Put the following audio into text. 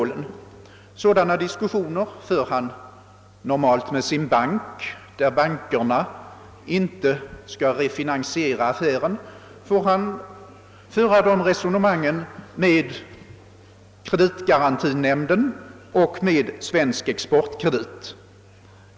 I Sverige för säljaren normalt sådana diskussioner med sin bank, men i de fall där banken inte skall refinansiera får vederbörande vända sig till AB Svensk exportkredit.